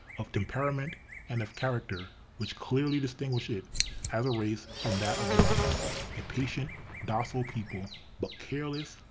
of temperament and of character, which clearly distinguished it as a race from that of the white a patient docile people but careless,